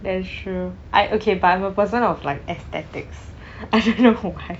that's true I okay but I'm a person of like aesthetics I don't know why